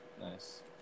nice